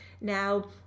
now